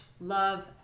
love